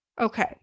okay